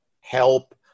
help